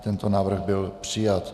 Tento návrh byl přijat.